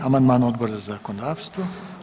41. amandman Odbora za zakonodavstvo.